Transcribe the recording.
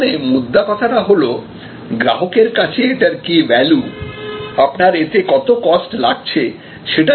তারমানে মোদ্দা কথাটা হল গ্রাহকের কাছে এটার কি ভ্যালু আপনার এতে কত কস্ট লাগছে সেটা সে জানতেও চায় না